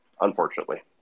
Unfortunately